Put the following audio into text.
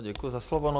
Děkuji za slovo.